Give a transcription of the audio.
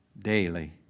daily